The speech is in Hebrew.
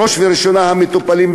בראש ובראשונה המטופלים,